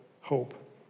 hope